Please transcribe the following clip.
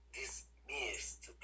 dismissed